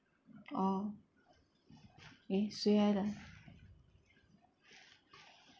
orh eh 谁来的